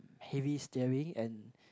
heavy steering and